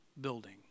building